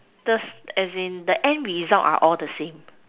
the as in the end result are all the same